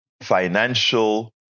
financial